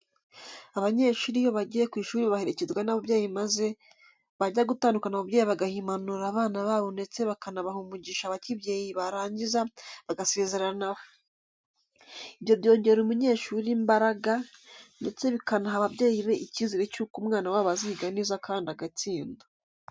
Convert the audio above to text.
Abanyeshuri iyo bagiye ku ishuri baherekezwa n'ababyeyi maze bajya gutandukana ababyeyi bagaha impanuro abana babo ndetse bakanabaha n'umugisha wa kibyeyi barangiza bagasezeranaho. Ibyo byongerera umunyeshuri imbaraga ndetse bikanaha ababyeyi be icyizere cy'uko umwana wabo aziga neza kandi agatsinda.